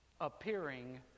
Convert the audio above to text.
appearing